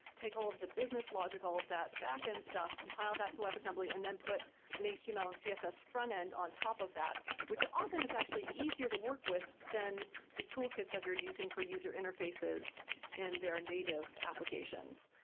take all of the business logical of that back end stuff, compile that to web assembly and then put an html and css front end on top of that which often is actually easier to work with than the toolkits that you're using for user interfaces and their native applications.